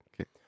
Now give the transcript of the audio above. Okay